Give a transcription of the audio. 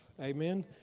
Amen